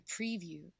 preview